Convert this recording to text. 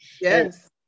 Yes